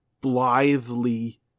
blithely